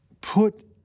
put